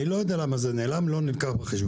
אני לא יודע למה זה נעלם, זה לא נלקח בחשבון.